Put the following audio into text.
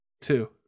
two